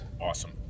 Awesome